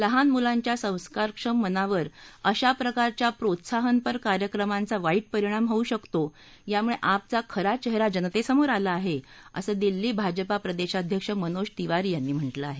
लहान मुलांच्या संस्कारक्षम मनावर अशा प्रकारच्या प्रोत्साहनपर कार्यक्रमांचा वाईक्परिणाम होऊ शकतो यामुळे आपचा खरा चेहरा जनतेसमोर आला आहे असं दिल्ली भाजपा प्रदेशाध्यक्ष मनोज तिवारी यांनी म्हालिं आहे